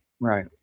right